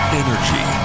energy